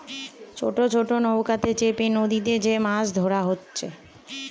ছোট ছোট নৌকাতে চেপে নদীতে যে মাছ ধোরা হচ্ছে